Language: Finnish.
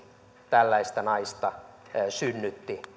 tällaista naista synnytti